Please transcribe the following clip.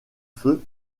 feu